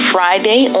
Friday